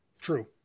true